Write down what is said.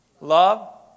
love